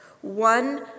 One